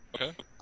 Okay